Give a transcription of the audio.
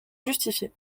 justifier